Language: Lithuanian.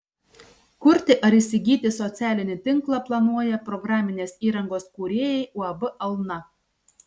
kurti ar įsigyti socialinį tinklą planuoja programinės įrangos kūrėjai uab alna